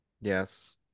yes